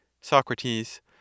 Socrates